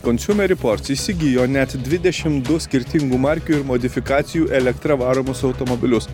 konsiūme ryports įsigijo net dvidešim du skirtingų markių ir modifikacijų elektra varomus automobilius